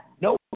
no